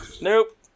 Nope